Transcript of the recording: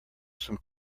some